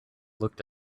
looked